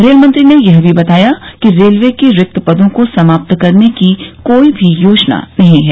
रेलमंत्री ने यह भी बताया कि रेलवे की रिक्त पदों को समाप्त करने की भी कोई योजना नहीं है